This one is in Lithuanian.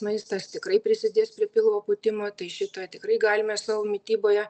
maistas tikrai prisidės prie pilvo pūtimo tai šito tikrai galime savo mityboje